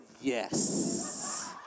yes